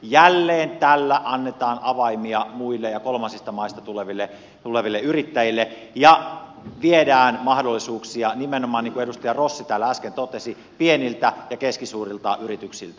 jälleen tällä annetaan avaimia muille ja kolmansista maista tuleville yrittäjille ja viedään mahdollisuuksia nimenomaan niin kuin edustaja rossi täällä äsken totesi pieniltä ja keskisuurilta yrityksiltä